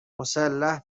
مسلح